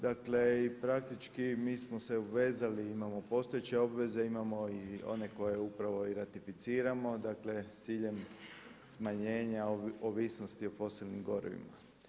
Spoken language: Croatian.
Dakle i praktički mi smo se obvezali, imamo postojeće obveze, imamo i one koje upravo i ratificiramo, dakle sa ciljem smanjenja ovisnosti o posebnim gorivima.